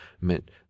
meant